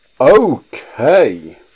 Okay